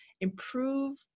improve